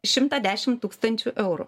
šimtą dešim tūkstančių eurų